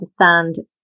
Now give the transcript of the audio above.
understand